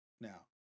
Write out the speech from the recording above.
Now